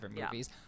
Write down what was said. movies